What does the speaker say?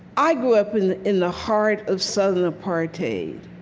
i grew up in the in the heart of southern apartheid.